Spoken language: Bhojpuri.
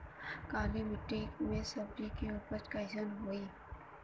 काली मिट्टी में सब्जी के उपज कइसन होई?